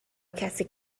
کسی